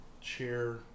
chair